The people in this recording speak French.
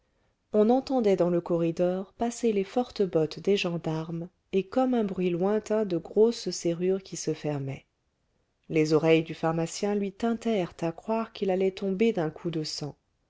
on entendait dans le corridor passer les fortes bottes des gendarmes et comme un bruit lointain de grosses serrures qui se fermaient les oreilles du pharmacien lui tintèrent à croire qu'il allait tomber d'un coup de sang